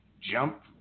jump